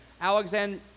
Alexander